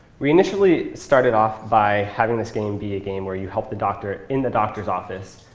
we initially started off by having this game be a game where you help the doctor in the doctor's office.